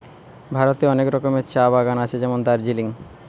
ভারতে অনেক রকমের চা বাগান আছে যেমন দার্জিলিং